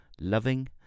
loving